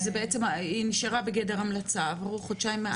אז מה, זה נשאר בגדר המלצה, עברו חודשיים מאז.